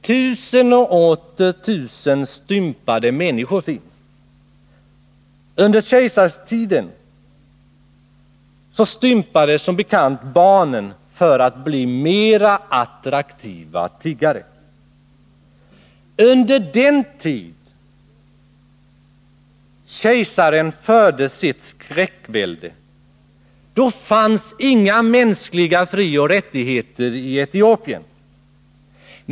Tusen och åter tusen stympade människor finns. Under kejsartiden stympades som bekant barnen för att bli mer attraktiva som tiggare. Under den tid då kejsaren förde sitt skräckvälde fanns inga mänskliga frioch rättigheter i Etiopien.